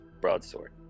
broadsword